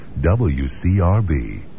WCRB